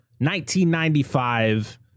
1995